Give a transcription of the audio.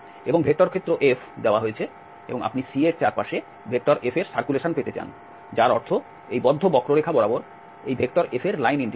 এবং ভেক্টর ক্ষেত্র Fদেওয়া হয়েছে এবং আপনি C এর চারপাশে F এর সার্কুলেশন পেতে চান যার অর্থ এই বদ্ধ বক্ররেখা বরাবর এই F এর লাইন ইন্টিগ্রাল